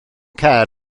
car